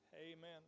Amen